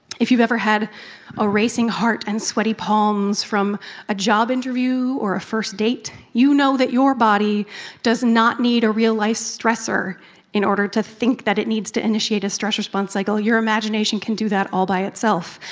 if you've ever had a racing heart and sweaty palms from a job interview or a first date, you know that your body does not need a real-life stressor in order to think that it needs to initiate a stress response cycle. your imagination can do that all by yourself.